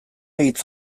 hitz